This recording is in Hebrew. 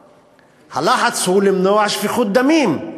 הלחץ הוא למנוע שפיכות דמים,